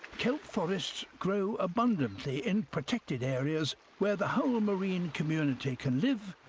kelp forests grow abundantly in protected areas where the whole marine community can live